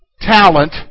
talent